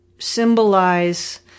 symbolize